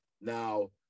Now